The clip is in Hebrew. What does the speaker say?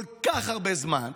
כל כך הרבה זמן,